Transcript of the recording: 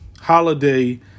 Holiday